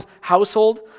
household